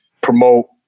promote